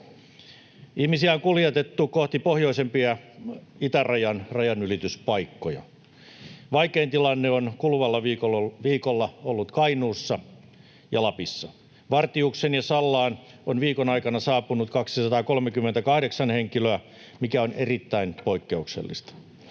Ihmisiä on kuljetettu kohti pohjoisempia itärajan rajanylityspaikkoja. Vaikein tilanne on kuluvalla viikolla ollut Kainuussa ja Lapissa. Vartiukseen ja Sallaan on viikon aikana saapunut 238 henkilöä, mikä on erittäin poikkeuksellista.